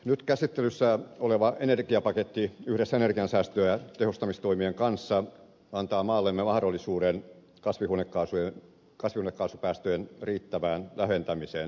nyt käsittelyssä oleva energiapaketti yhdessä energiansäästön tehostamistoimien kanssa antaa maallemme mahdollisuuden kasvihuonekaasupäästöjen riittävään vähentämiseen